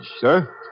Sir